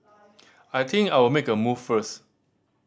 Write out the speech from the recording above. I think I'll make a move first